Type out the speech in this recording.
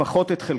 לפחות את חלקם,